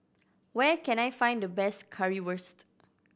where can I find the best Currywurst